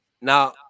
Now